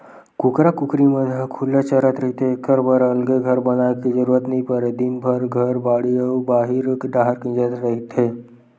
कुकरा कुकरी मन ह खुल्ला चरत रहिथे एखर बर अलगे घर बनाए के जरूरत नइ परय दिनभर घर, बाड़ी अउ बाहिर डाहर किंजरत रहिथे